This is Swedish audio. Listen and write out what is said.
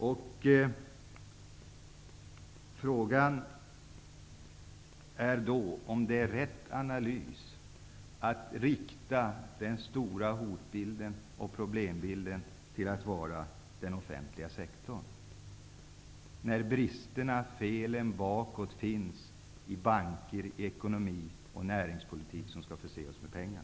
Frågan är då om man gör en riktig analys om man betraktar den offentliga sektorn som det stora hotet och problemet. Bristerna och felen bakåt finns ju i banker och i den ekonomiska politik och näringspolitik som skall förse oss med pengar.